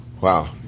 Wow